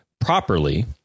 properly